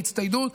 להצטיידות,